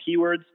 keywords